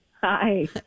Hi